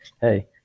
hey